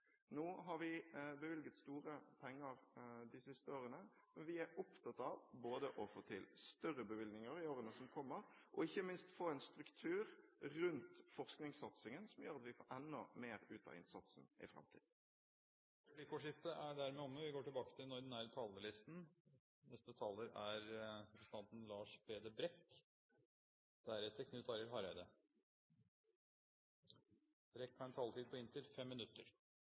Nå har vi bevilget store penger de siste årene, og vi er opptatt av både å få til større bevilgninger i årene som kommer, og ikke minst få en struktur rundt forskningssatsingen, slik at vi får enda mer ut av innsatsen i framtiden. Replikkordskiftet er omme. Helt siden høsten 2008 – i hele fire år – har debatten om finansinnstillingen hatt som bakteppe den store kontrasten mellom den usikkerheten vi opplever i internasjonal økonomi, og den